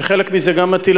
כשחלק מזה גם מטיל,